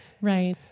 Right